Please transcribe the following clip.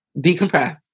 decompress